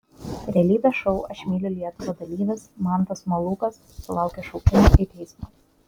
realybės šou aš myliu lietuvą dalyvis mantas malūkas sulaukė šaukimo į teismą